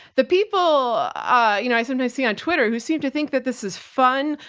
the people ah you know i sometimes see on twitter who seem to think that this is fun,